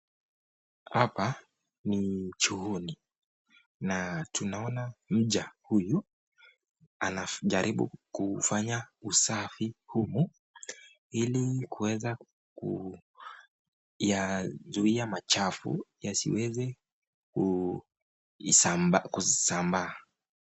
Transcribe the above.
Hapa ni chooni na tunaona mja huyu anajaribu kufanya usafi humu ili kuweza kuyazuia machafu yasiweze kusambaa.